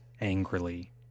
angrily